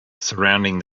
surrounding